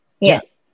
Yes